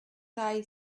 tie